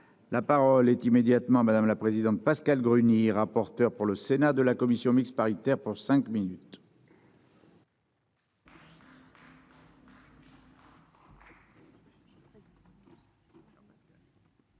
La parole est immédiatement madame la présidente. Pascale Gruny rapporteur pour le Sénat de la commission mixte paritaire pour cinq minutes. Monsieur